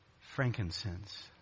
Frankincense